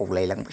बावलायलांबाय